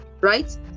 right